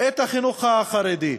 את החינוך החרדי.